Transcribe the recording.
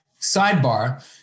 sidebar